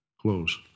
close